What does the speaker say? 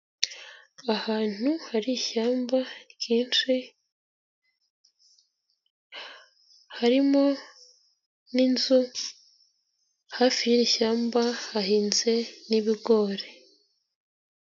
Ahantu hari ishyamba ryinshi, harimo n'inzu hafi y'irishyamba, hahinze n'ibigori.